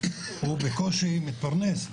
הוא בקושי מתפרנס,